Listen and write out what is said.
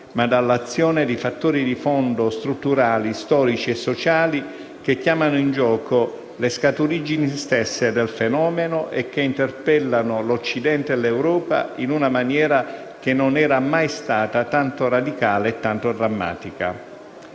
ma dell'azione di fattori di fondo, strutturali, storici e sociali, che chiamano in gioco le scaturigini stesse del fenomeno e che interpellano l'Occidente e l'Europa in una maniera che non era mai stata tanto radicale e drammatica.